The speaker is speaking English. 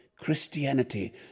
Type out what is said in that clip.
Christianity